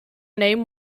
name